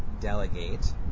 delegate